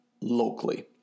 Locally